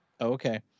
Okay